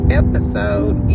episode